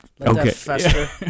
Okay